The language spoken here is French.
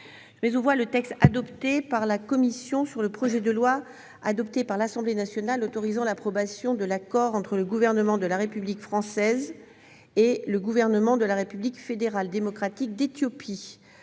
Je mets aux voix le texte adopté par la commission sur le projet de loi, adopté par l'Assemblée nationale, autorisant l'approbation de l'accord entre le Gouvernement de la République française et le Gouvernement de la République fédérale démocratique d'Éthiopie